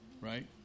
right